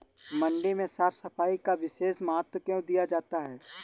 मंडी में साफ सफाई का विशेष महत्व क्यो दिया जाता है?